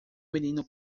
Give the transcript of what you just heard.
menino